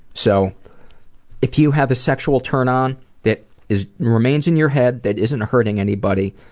so if you have a sexual turn on that is remains in your head, that isn't hurting anybody,